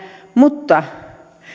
mutta